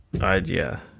Idea